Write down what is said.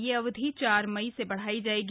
यह अवधि चार मई से बढ़ाई जाएगी